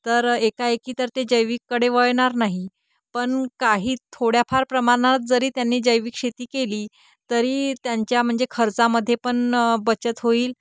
तर एकाएकी तर ते जैविककडे वळणार नाही पण काही थोड्याफार प्रमाणात जरी त्यांनी जैविक शेती केली तरी त्यांच्या म्हणजे खर्चामध्ये पण बचत होईल